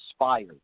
inspired